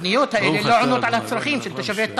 התוכניות האלה לא עונות על הצרכים של תושבי טייבה.